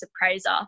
appraiser